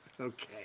Okay